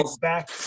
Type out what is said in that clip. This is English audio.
back